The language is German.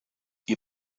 ihr